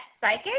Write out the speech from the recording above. Psychic